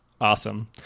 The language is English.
awesome